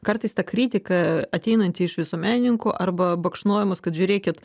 kartais ta kritika ateinanti iš visuomenininkų arba baksnojimas kad žiūrėkit